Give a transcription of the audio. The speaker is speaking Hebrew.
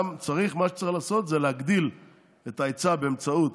מה שצריך לעשות זה להגדיל את ההיצע באמצעות